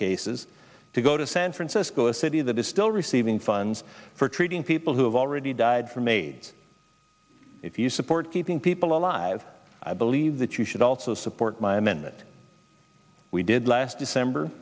cases to go to san francisco a city that is still receiving funds for treating people who have already died from aids if you support keeping people alive i believe that you should also support my amendment we did last december